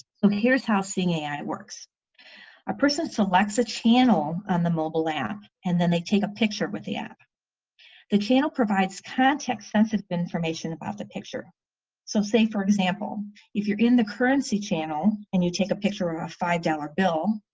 so here's how seeing ai works a person selects a channel on the mobile app and then they take a picture with the app the channel provides context sensitive information about the picture so say for example if you're in the currency channel and you take a picture on a five-dollar bill,